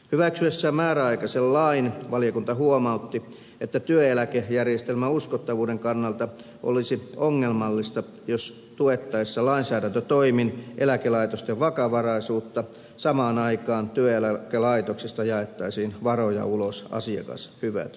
kyllä kysymään hyväksyessään määräaikaisen lain huomautti että työeläkejärjestelmän uskottavuuden kannalta olisi ongelmallista jos tuettaessa lainsäädäntötoimin eläkelaitosten vakavaraisuutta samaan aikaan työeläkelaitoksista jaettaisiin varoja ulos asiakashyvityksinä